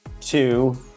Two